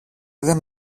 δεν